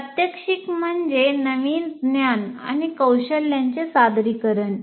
प्रात्यक्षिक म्हणजे नवीन ज्ञान आणि कौशल्यांचे सादरीकरण